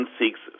seeks